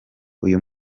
uyu